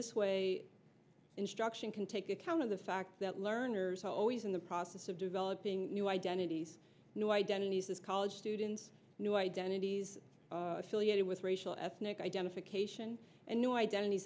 this way instruction can take account of the fact that learners are always in the process of developing new identities new identities as college students new identities ciliated with racial ethnic identification and new identit